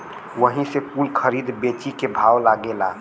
वही से कुल खरीद बेची के भाव लागेला